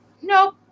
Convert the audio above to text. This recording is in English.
no